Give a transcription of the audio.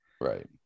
right